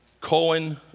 Cohen